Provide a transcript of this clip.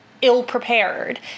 ill-prepared